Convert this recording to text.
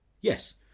Yes